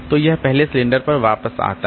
तो यह पहले सिलेंडर पर वापस आता है